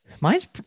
mine's